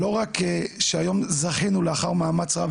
שלא רק שהיום זכינו לאחר מאמץ רב,